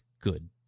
good